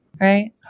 right